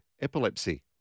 epilepsy